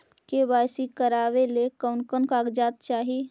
KYC करावे ले कोन कोन कागजात चाही?